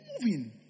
Moving